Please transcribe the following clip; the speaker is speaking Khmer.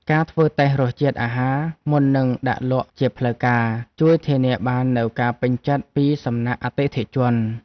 ការធ្វើតេស្តរសជាតិអាហារមុននឹងដាក់លក់ជាផ្លូវការជួយធានាបាននូវការពេញចិត្តពីសំណាក់អតិថិជន។